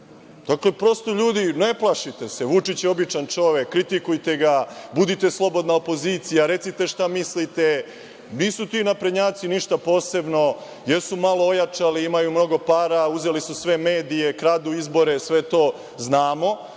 Vučića. Ljudi, ne plašite se. Vučić je običan čovek, kritikujte ga, budite slobodna opozicija, recite šta mislite. Nisu ti naprednjaci ništa posebno. Jesu malo ojačali, imaju mnogo para, uzeli su sve medije, kradu izbore, sve to znamo,